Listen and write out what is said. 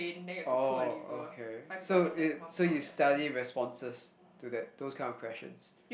oh okay so it so you study responses to that those kind of questions